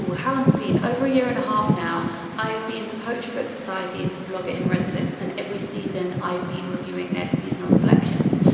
how long has been? over a year and a half now i have been the poetry book society's vlogger in residence and every season i've been reviewing their seasonal selections.